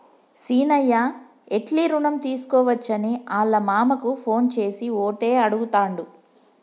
సీనయ్య ఎట్లి రుణం తీసుకోవచ్చని ఆళ్ళ మామకు ఫోన్ చేసి ఓటే అడుగుతాండు